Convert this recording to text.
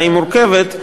מורכבת,